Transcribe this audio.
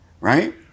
Right